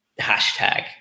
hashtag